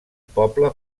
poble